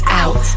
out